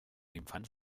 infants